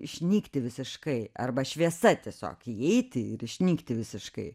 išnykti visiškai arba šviesa tiesiog įeiti ir išnykti visiškai